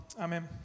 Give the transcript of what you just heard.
Amen